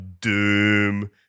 Doom